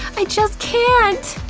i just can't!